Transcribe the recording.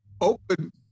open